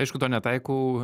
aišku to netaikau